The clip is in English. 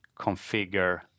configure